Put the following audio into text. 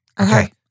Okay